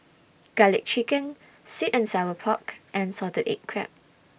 Garlic Chicken Sweet and Sour Pork and Salted Egg Crab